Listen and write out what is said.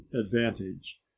advantage